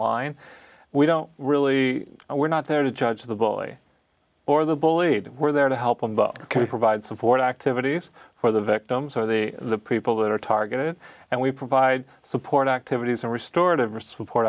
online we don't really we're not there to judge the bully or the bullied we're there to help on the kind of provide support activities for the victims or the the people that are targeted and we provide support activities and restored over support